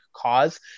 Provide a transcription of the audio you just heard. cause